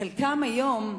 חלקן היום,